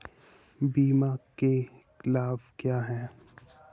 बीमा के लाभ क्या हैं?